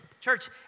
church